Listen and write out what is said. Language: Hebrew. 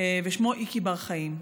ושמו איקי בר-חיים.